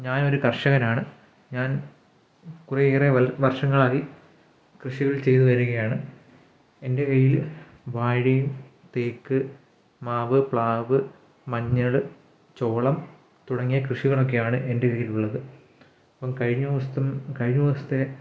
ഞാനൊരു കർഷകനാണ് ഞാൻ കുറേയേറെ വർഷങ്ങളായി കൃഷികൾ ചെയ്ത് വരികയാണ് എൻ്റെ കയ്യിൽ വാഴയും തേക്ക് മാവ് പ്ലാവ് മഞ്ഞൾ ചോളം തുടങ്ങിയ കൃഷികളൊക്കെയാണ് എൻ്റെ കയ്യിലുള്ളത് ഇപ്പം കഴിഞ്ഞ ദിവസം കഴിഞ്ഞ ദിവസത്തെ